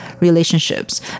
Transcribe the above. relationships